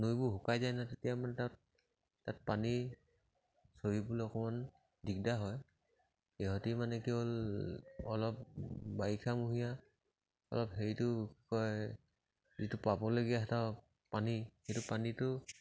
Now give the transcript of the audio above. নৈবোৰ শুকাই যায় ন তেতিয়া মানে তাত তাত পানী চৰিবলৈ অকণমান দিগদাৰ হয় ইহঁতি মানে কি হ'ল অলপ বাৰিষামহীয়া অলপ হেৰিটো কি কয় যিটো পাবলগীয়া সিহঁতৰ পানী সেইটো পানীটো